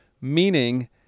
meaning